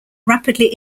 rapidly